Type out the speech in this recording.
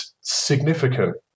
significant